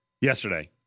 yesterday